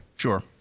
Sure